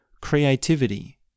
creativity